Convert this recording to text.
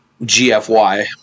GFY